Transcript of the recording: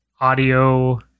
audio